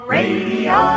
Radio